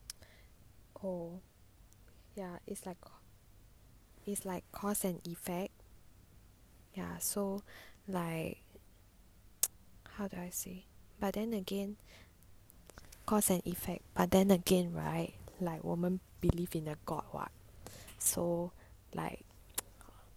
ya it's like it's like cause and effect ya so like how do I say but then again cause and effect but then again right like 我们 believe in a god [what] so like